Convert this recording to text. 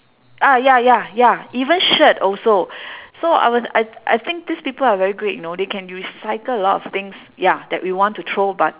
ah ya ya ya even shirt also so I was I I think these people are very great you know they can recycle a lot of things ya that we want to throw but